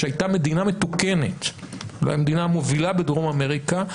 שהייתה מדינה מתוקנת והייתה מדינה מובילה בדרום אמריקה,